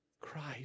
Christ